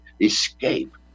escape